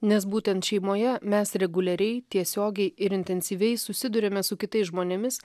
nes būtent šeimoje mes reguliariai tiesiogiai ir intensyviai susiduriame su kitais žmonėmis